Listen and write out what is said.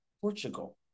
Portugal